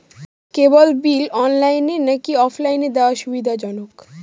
কেবল bill অনলাইনে নাকি অফলাইনে দেওয়া সুবিধাজনক?